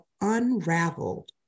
Unraveled